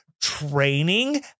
Training